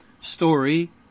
story